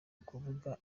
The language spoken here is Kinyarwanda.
ukuvuga